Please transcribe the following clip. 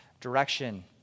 direction